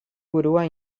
burua